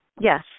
Yes